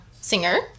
singer